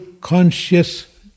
conscious